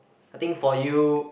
I think for you